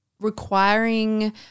requiring